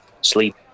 sleep